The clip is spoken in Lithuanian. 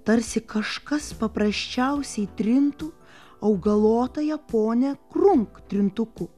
tarsi kažkas paprasčiausiai trintų augalotąją ponią krunk trintuku